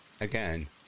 Again